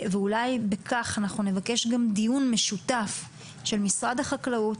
ואולי אנחנו נבקש גם דיון משותף של משרד החקלאות,